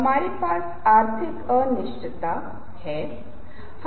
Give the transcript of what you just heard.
हम चेहरे की विशेषताओं के बारे में बात नहीं कर रहे हैं